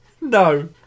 No